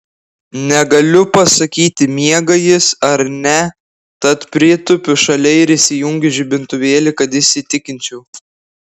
negaliu pasakyti miega jis ar ne tad pritūpiu šalia ir įsijungiu žibintuvėlį kad įsitikinčiau